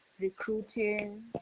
recruiting